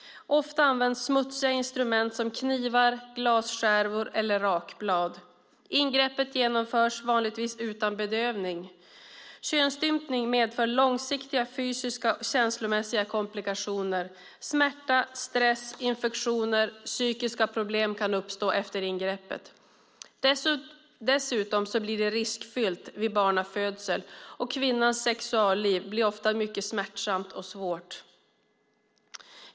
Ofta används smutsiga instrument som knivar, glasskärvor eller rakblad. Ingreppet genomförs vanligtvis utan bedövning. Könsstympning medför långsiktiga fysiska och känslomässiga komplikationer. Smärta, stress, infektioner och psykiska problem kan uppstå efter ingreppet. Dessutom blir det riskfyllt vid barnafödsel, och kvinnans sexualliv blir ofta mycket smärtsamt och svårt.